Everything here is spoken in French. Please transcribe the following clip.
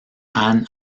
anne